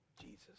Jesus